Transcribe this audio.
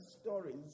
stories